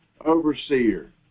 overseer